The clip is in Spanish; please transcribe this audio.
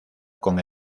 con